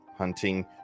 hunting